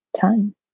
time